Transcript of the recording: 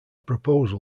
proposal